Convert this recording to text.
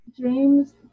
James